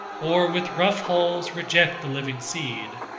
or with rough hulls reject the living seed.